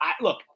Look